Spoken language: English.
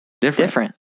different